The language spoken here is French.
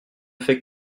fait